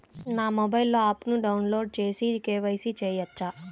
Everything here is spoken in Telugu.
నా మొబైల్లో ఆప్ను డౌన్లోడ్ చేసి కే.వై.సి చేయచ్చా?